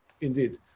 Indeed